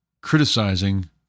criticizing